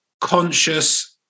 conscious